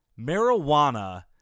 Marijuana